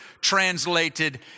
translated